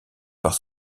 par